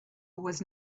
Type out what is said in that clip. was